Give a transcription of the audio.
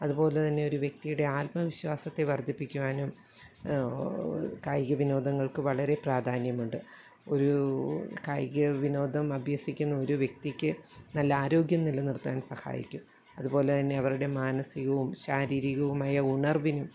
അതുപോലെതന്നെയൊരു വ്യകതിയുടെ ആത്മവിശ്വാസത്തെ വർധിപ്പിക്കുവാനും കായികവിനോദങ്ങൾക്ക് വളരെ പ്രാധാന്യമുണ്ട് ഒരൂ കായിക വിനോദം അഭ്യസിക്കുന്ന ഒരു വ്യക്തിക്ക് നല്ല ആരോഗ്യം നിലനിർത്താൻ സഹായിക്കും അതുപോലെതന്നെ അവരുടെ മാനസികവും ശാരീരികവുമായ ഉണർവിനും